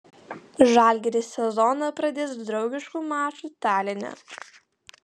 žalgiris sezoną pradės draugišku maču taline